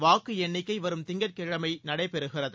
வாக்கு எண்ணிக்கை வரும் திங்கட் கிழமை நடைபெறுகிறது